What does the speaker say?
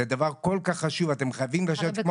זה דבר כל כך חשוב ואתם חייבים לשבת כמו